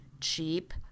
cheap